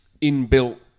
inbuilt